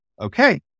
Okay